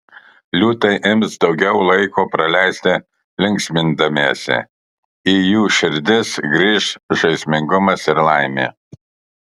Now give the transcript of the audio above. liūtai ims daugiau laiko praleisti linksmindamiesi į jų širdis grįš žaismingumas ir laimė